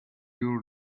your